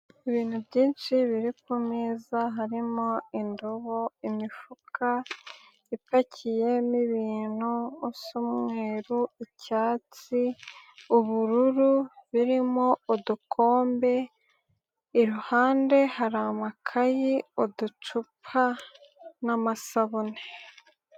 Ibintu byinshi biri ku meza, harimo indobo imifuka ipakiyemo ibintu usa umweru icyatsi ubururu birimo udukombe, iruhande hari amakayi, uducupa n'amasabune.